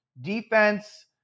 Defense